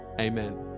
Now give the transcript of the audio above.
amen